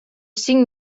cinc